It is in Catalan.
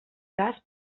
cas